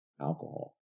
alcohol